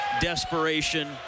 desperation